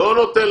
למה?